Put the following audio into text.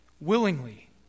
Willingly